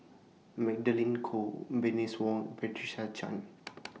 Magdalene Khoo Bernice Wong Patricia Chan